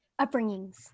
upbringings